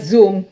Zoom